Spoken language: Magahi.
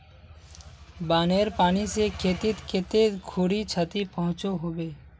बानेर पानी से खेतीत कते खुरी क्षति पहुँचो होबे?